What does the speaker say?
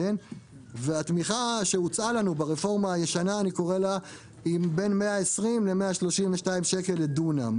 והתמיכה שהוצעה לנו ברפורמה הישנה היא בין 120 ל-132 שקל לדונם,